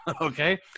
Okay